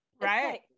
right